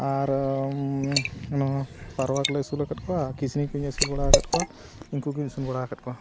ᱟᱨ ᱯᱟᱣᱨᱟ ᱠᱚᱞᱮ ᱟᱹᱥᱩᱞ ᱟᱠᱟᱫ ᱠᱚᱣᱟ ᱠᱤᱥᱱᱤ ᱠᱚᱧ ᱟᱹᱥᱩᱞ ᱵᱟᱲᱟᱣ ᱟᱠᱟᱫ ᱠᱚᱣᱟ ᱩᱱᱠᱩ ᱜᱤᱧ ᱟᱹᱥᱩᱞ ᱵᱟᱲᱟᱣ ᱟᱠᱟᱫ ᱠᱚᱣᱟ